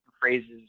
phrases